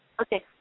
Okay